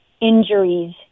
injuries